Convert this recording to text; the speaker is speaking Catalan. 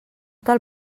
tal